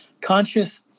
conscious